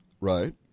right